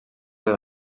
les